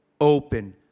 open